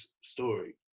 story